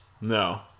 No